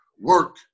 work